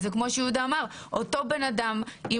כמו שיהודה אמר, אותו בן אדם עם